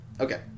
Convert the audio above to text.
okay